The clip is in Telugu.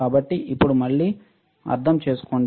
కాబట్టి ఇప్పుడు మళ్ళీ అర్థం చేసుకోండి